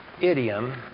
idiom